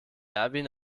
erwin